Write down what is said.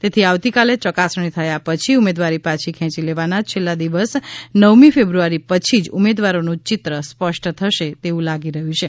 તેથી આવતીકાલે ચકાસણી થયા પછી ઉમેદવારી પાછી ખેંચી લેવાના છેલ્લા દિવસ નવમી ફેબ્રુઆરી પછી જ ઉમેદવારોનું ચિત્ર સ્પષ્ટ થશે તેવુ લાગી રહયું છે